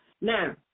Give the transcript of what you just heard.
now